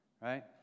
Right